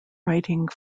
writing